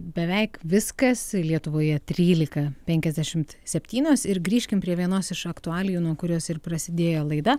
beveik viskas lietuvoje trylika penkiasdešimt septynios ir grįžkim prie vienos iš aktualijų nuo kurios ir prasidėjo laida